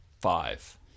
five